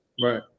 Right